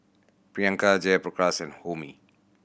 Priyanka Jayaprakash and Homi